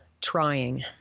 trying